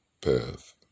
path